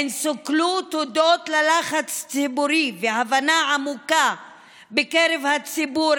הן סוכלו הודות ללחץ ציבורי והבנה עמוקה בקרב הציבור,